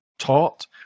Taught